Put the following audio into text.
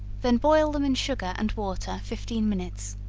then boil them in sugar and water fifteen minutes,